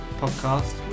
podcast